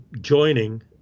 joining